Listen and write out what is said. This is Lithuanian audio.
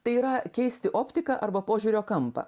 tai yra keisti optiką arba požiūrio kampą